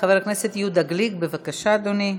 חבר הכנסת יהודה גליק, בבקשה, אדוני.